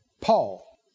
Paul